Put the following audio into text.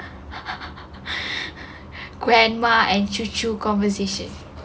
grandma and cucu conversation